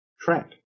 track